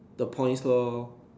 the points lor